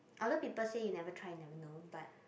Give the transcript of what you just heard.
other people say you never try you never know but